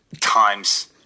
Times